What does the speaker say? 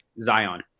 Zion